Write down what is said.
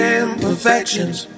imperfections